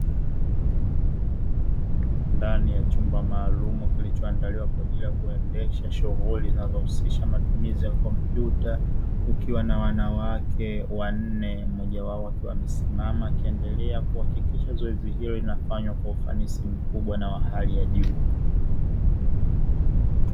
Ndani ya chumba maalum kilichoandaliwa kwaajili ya kuendesha shughuli zinazohusisha matumizi ya kompyuta, kukiwa na wanawake wanne mmoja wao akiwa amesimama akiendelea kuhakikisha zoezi hilo linafanywa kwa ufanisi mkubwa na wa hali ya juu.